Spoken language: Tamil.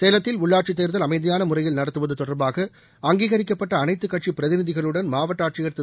சேலத்தில் உள்ளாட்சி தேர்தல் அமைதியான முறையில் நடத்துவது தொடர்பாக அங்கீகரிக்கப்பட்ட அனைத்துக் கட்சி பிரதிநிதிகளுடன் மாவட்ட ஆட்சியர் திரு